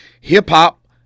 Hip-Hop